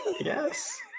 Yes